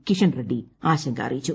കിഷൻ റെഡ്ഡി ആശങ്ക അറിയിച്ചു